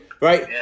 right